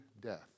death